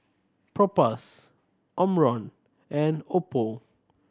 Propass Omron and Oppo